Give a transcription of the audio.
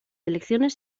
elecciones